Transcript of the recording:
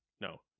No